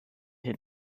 hin